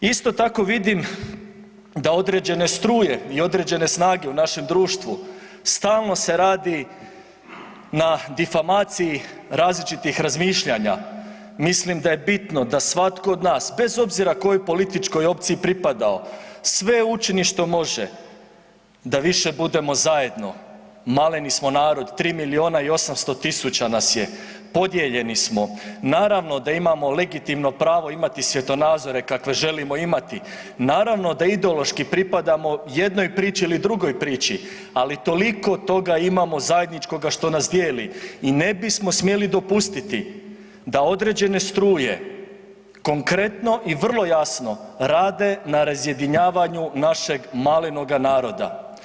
Isto tako vidim da određene struje i određene snage u našem društvu, stalno se radi na difamaciji različitih razmišljanja, mislim da je bitno da svatko od nas bez obzira kojoj političkoj opciji pripadao, sve učini što može da više budemo zajedno, maleni smo narod, 3 milijuna i 800 000 nas je, podijeljeni smo, naravno da imamo legitimno pravo imati svjetonazore kakve želimo imati, naravno da ideološki pripadamo jednoj priči ili drugoj priči ali toliko toga imamo zajedničkoga što nas dijeli i ne bismo smjeli dopustiti da određene struje konkretno i vrlo jasno rade na razjedinjavanju našeg malenoga naroda.